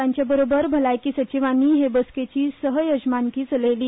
तांचे बरोबर भालायकी सचिवांनी हे बसकेची सहयजमानकी चलयली